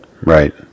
Right